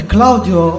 Claudio